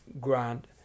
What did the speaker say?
Grant